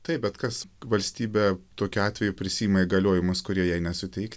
taip bet kas valstybė tokiu atveju prisiima įgaliojimus kurie jai nesuteikti